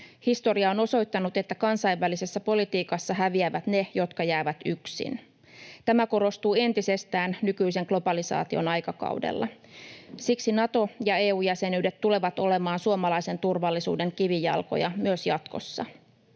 Historia on osoittanut, että kansainvälisessä politiikassa häviävät ne, jotka jäävät yksin. Tämä korostuu entisestään nykyisen globalisaation aikakaudella. Siksi Nato‑ ja EU-jäsenyydet tulevat olemaan suomalaisen turvallisuuden kivijalkoja myös jatkossa.